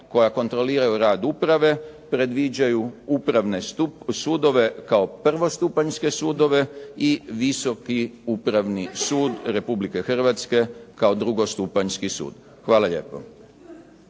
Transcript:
koja kontroliraju rad uprave, predviđaju upravne sudove kao prvostupanjske sudove i visoki Upravni sud Republike Hrvatske kao drugostupanjski sud. Hvala lijepo.